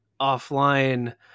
offline